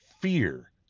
fear